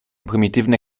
prymitywne